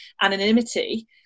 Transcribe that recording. anonymity